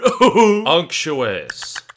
Unctuous